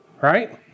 right